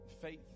Faith